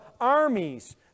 armies